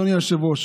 אדוני היושב-ראש,